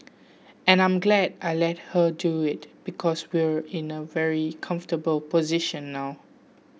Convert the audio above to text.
and I'm glad I let her do it because we're in a very comfortable position now